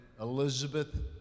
Elizabeth